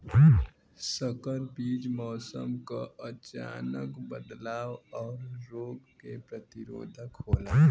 संकर बीज मौसम क अचानक बदलाव और रोग के प्रतिरोधक होला